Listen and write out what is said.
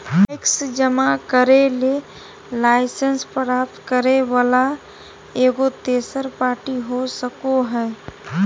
tax जमा करे ले लाइसेंस प्राप्त करे वला एगो तेसर पार्टी हो सको हइ